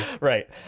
right